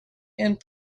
and